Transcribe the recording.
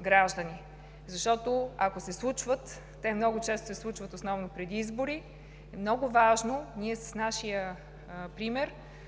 граждани, защото, ако се случват – те много често се случват основно преди избори, е много важно ние с нашия пример